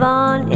on